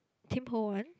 tim-ho-wan